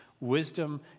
Wisdom